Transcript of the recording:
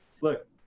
look